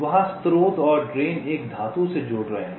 वहाँ स्रोत और ड्रेन एक धातु से जुड़ रहे हैं